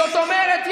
זאת אומרת,